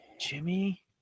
Jimmy